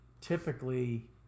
typically